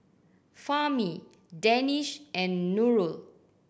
Fahmi Danish and Nurul